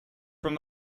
from